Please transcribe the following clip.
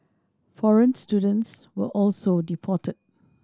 foreign students were also deported